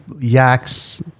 yaks